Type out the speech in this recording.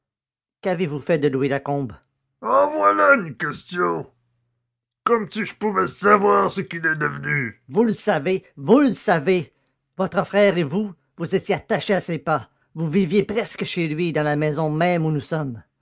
qu'avez-vous fait de louis lacombe en voilà une question comme si je pouvais savoir ce qu'il est devenu vous le savez vous le savez votre frère et vous vous étiez attachés à ses pas vous viviez presque chez lui dans la maison même où nous sommes